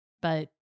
but-